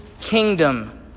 kingdom